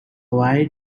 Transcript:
white